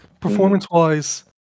performance-wise